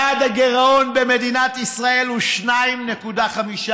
יעד הגירעון במדינת ישראל הוא 2.5%,